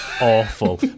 awful